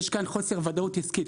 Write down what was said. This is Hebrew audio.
יש כאן חוסר ודאות עסקית,